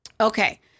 Okay